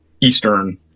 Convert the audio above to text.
eastern